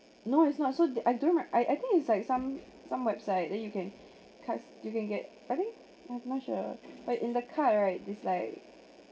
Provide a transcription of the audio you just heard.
no it's not so that I don't like I I think it's like some some website then you can cus~ you can get I think how much ah but in the card right this like